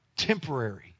temporary